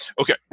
Okay